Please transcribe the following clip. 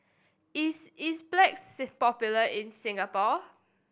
is Enzyplex popular in Singapore